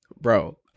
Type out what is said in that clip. bro